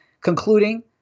concluding